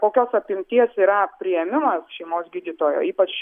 kokios apimties yra priėmimas šeimos gydytojo ypač